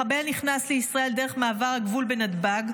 מחבל נכנס לישראל דרך מעבר הגבול בנתב"ג,